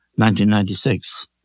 1996